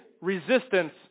resistance